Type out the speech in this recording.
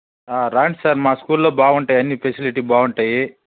రాండి సార్ మా స్కూల్లో బాగుంటాయి అన్ని ఫెసిలిటీ బాగుంటాయి